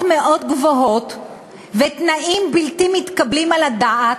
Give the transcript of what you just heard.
מאוד גבוהות ותנאים בלתי מתקבלים על הדעת,